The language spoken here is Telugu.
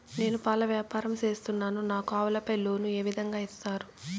నేను పాల వ్యాపారం సేస్తున్నాను, నాకు ఆవులపై లోను ఏ విధంగా ఇస్తారు